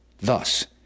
Thus